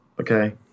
Okay